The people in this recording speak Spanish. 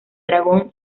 dragón